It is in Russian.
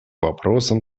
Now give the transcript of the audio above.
вопросам